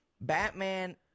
Batman